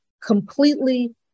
completely